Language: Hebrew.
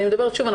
ושוב,